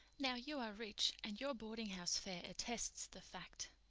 now, you are rich and your boardinghouse fare attests the fact.